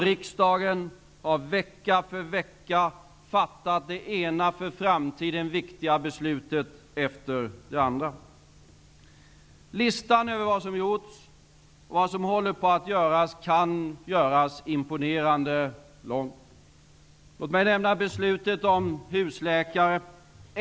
Riksdagen har vecka för vecka fattat det ena för framtiden viktiga beslutet efter det andra. Listan över vad som utförts och håller på att utföras kan göras imponerande lång. Låt mig nämna beslutet om husläkare.